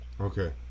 Okay